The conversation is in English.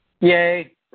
Yay